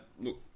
Look